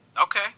Okay